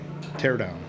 teardown